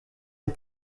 des